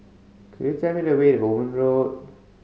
could you tell me the way Owen Road